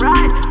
Right